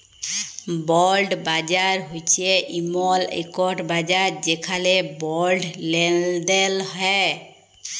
বল্ড বাজার হছে এমল ইকট বাজার যেখালে বল্ড লেলদেল হ্যয়